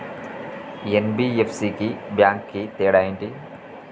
NBFC కి bank కి తేడా ఏంటి?